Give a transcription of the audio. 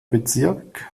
bezirk